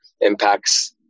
impacts